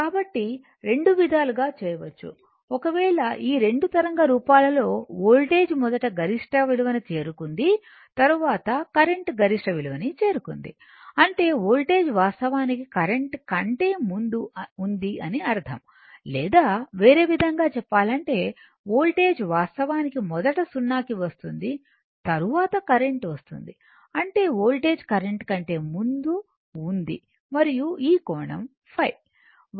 కాబట్టిరెండు విధాలుగా చేయవచ్చు ఒకవేళ ఈ రెండు తరంగ రూపాలలో వోల్టేజ్ మొదట గరిష్ట విలువని చేరుకుంది తరువాత కరెంట్ గరిష్ట విలువని చేరుకుంది అంటే వోల్టేజ్ వాస్తవానికి కరెంట్ కంటే ముందు ఉంది అని అర్ధం లేదా వేరే విధంగా చెప్పాలంటే వోల్టేజ్ వాస్తవానికి మొదట 0 కి వస్తుంది తరువాత కరెంట్ వస్తుంది అంటే వోల్టేజ్ కరెంట్ కంటే ముందు ఉందిమరియు ఈ కోణం ϕ